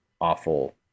awful